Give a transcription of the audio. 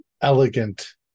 elegant